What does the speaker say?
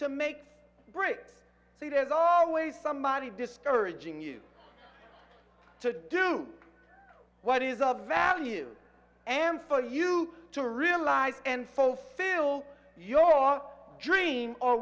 to make bricks so there's always somebody discouraging you to do what is of value and for you to realize and fulfill your dream or